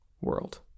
world